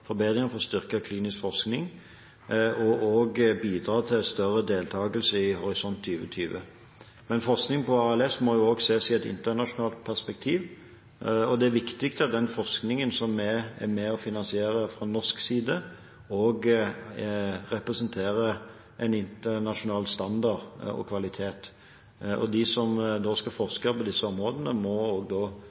Horisont 2020. Men forskning på ALS må også ses i et internasjonalt perspektiv, og det er viktig at den forskningen som vi er med på å finansiere fra norsk side, også representerer en internasjonal standard og kvalitet. De som skal forske på disse områdene, må